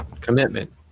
commitment